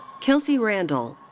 kelsey randall.